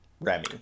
Remy